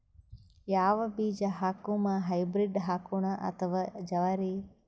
ಯಾವ ಬೀಜ ಹಾಕುಮ, ಹೈಬ್ರಿಡ್ ಹಾಕೋಣ ಅಥವಾ ಜವಾರಿ?